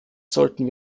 sollten